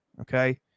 okay